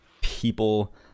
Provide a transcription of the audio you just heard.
people